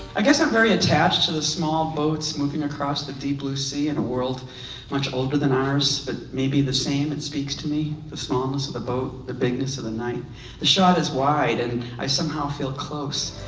i guess i'm very attached to the small boats moving across the deep blue sea in a world much older than ours but maybe the same it speaks to me the smallness of the boat the bigness of the night the shot is wide and i somehow feel close.